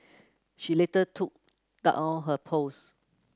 she later took down her post